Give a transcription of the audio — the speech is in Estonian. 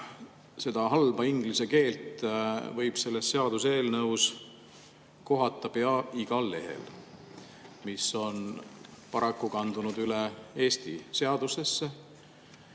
seda halba inglise keelt võib selles seaduseelnõus kohata pea igal lehel, mis on paraku kandunud üle Eesti seadusesse.